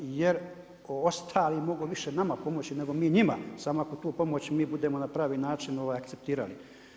Jer ostali mogu više nama pomoći nego mi njima, samo ako tu pomoć mi budemo na pravi način akceptirali.